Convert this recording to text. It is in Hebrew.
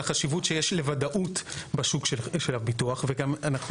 החשיבות שיש לוודאות בשוק של הביטוח וגם אנחנו